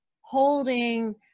holding